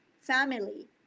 family